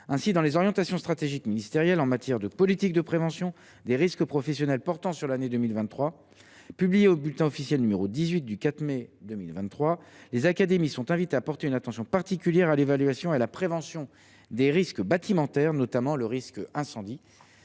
Ainsi, dans les orientations stratégiques ministérielles (OSM) en matière de politique de prévention des risques professionnels portant sur l’année 2023, publiées au bulletin officiel de l’éducation nationale, de la jeunesse et des sports n° 18 du 4 mai 2023, les académies sont invitées à porter une attention particulière à l’évaluation et à la prévention des risques bâtimentaires, notamment le risque incendie.